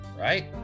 right